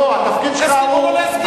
תפקידי להסכים או לא להסכים.